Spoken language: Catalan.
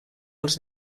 els